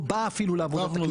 לא באה אפילו לעבודת הכנסת.